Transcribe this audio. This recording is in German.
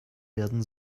werden